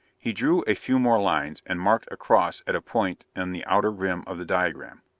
he drew a few more lines, and marked a cross at a point in the outer rim of the diagram.